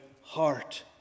heart